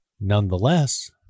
nonetheless